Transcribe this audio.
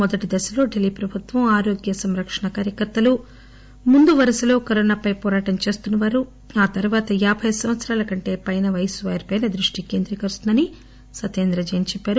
మొదటి దశలో ఢిల్లీ ప్రభుత్వం ఆరోగ్య సంరక్షణ కార్యకర్తలు ముందువరసలో కరోనాపై పోరాటం చేస్తున్న వారు ఆ తర్వాత యాబై సంవత్సరాల కంటే పైన వయసు వారి పైన దృష్టి కేంద్రీకరిస్తుందని సత్యేంద్ర జైన్ చెప్పారు